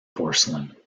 porcelain